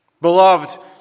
Beloved